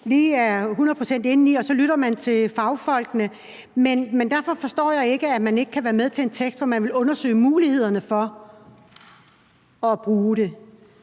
procent inde i, så derfor lytter man til fagfolkene. Men jeg forstår ikke, at man ikke kan være med til et forslag til vedtagelse, hvor man vil undersøge mulighederne for at bruge det,